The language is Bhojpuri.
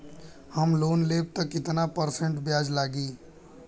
हम लोन लेब त कितना परसेंट ब्याज लागी?